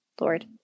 Lord